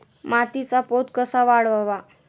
मातीचा पोत कसा वाढवावा?